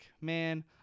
man